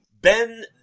Ben